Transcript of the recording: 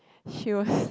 she was